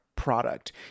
product